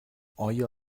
آیا